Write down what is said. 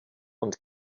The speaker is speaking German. und